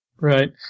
Right